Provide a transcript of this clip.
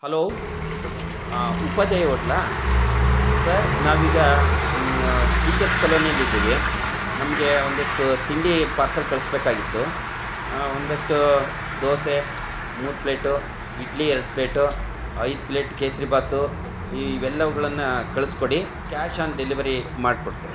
hello Upadhyaya ಹೋಟ್ಲಾ sir ನಾವೀಗ teachers ಕಲೋನಿಯಲ್ಲಿದ್ದೇವೆ ನಮಗೆ ಒಂದಷ್ಟು ತಿಂಡಿ ಪಾರ್ಸಲ್ ಕಳಿಸ್ಬೇಕಾಗಿತ್ತು ಒಂದಷ್ಟು ದೋಸೆ ಮೂರು ಪ್ಲೇಟು ಇಡ್ಲಿ ಎರಡು ಪ್ಲೇಟು ಐದು ಪ್ಲೇಟ್ ಕೇಸರಿ ಭಾತ್ ಈ ಇವೆಲ್ಲವುಗಳನ್ನು ಕಳಿಸ್ಕೊಡಿ ಕ್ಯಾಶ್ ಆನ್ ಡೆಲವರಿ ಮಾಡಿಕೊಡ್ತೇವೆ